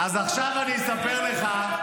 אז עכשיו אני אספר לך,